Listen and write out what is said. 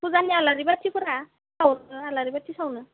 फुजानि आलारि बाथिफोरा सावनो आलारि बाथि सावनो